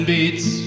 Beats